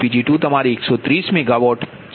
જે Pg2તમારી 130 મેગાવોટ છે